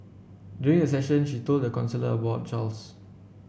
during the session she told the counsellor about Charles